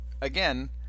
again